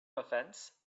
offense